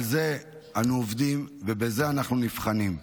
על זה אנו עובדים ובזה אנחנו נבחנים.